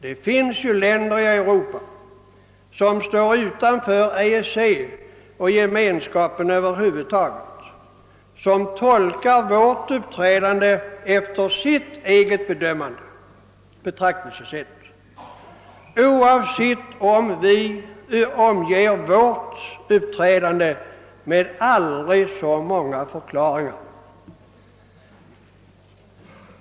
Det finns ju länder i Europa som står utanför EEC och Gemenskapen över huvud taget och som bedömer vårt uppträdande på sitt eget sätt, oavsett om vi omger det med aldrig så många förklaringar.